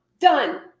done